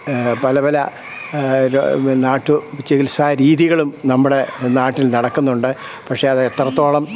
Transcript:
പലപല നാട്ടുചികിത്സാരീതികളും നമ്മുടെ നാട്ടിൽ നടക്കുന്നുണ്ട് പക്ഷെ അതെത്രത്തോളം